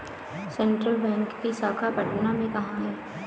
Central bank की शाखा पटना में कहाँ है?